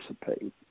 participate